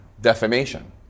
defamation